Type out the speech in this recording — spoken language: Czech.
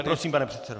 Prosím, pane předsedo.